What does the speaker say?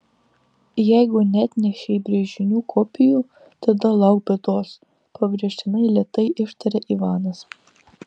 jeigu neatnešei brėžinių kopijų tada lauk bėdos pabrėžtinai lėtai ištarė ivanas